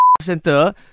center